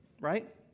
right